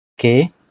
okay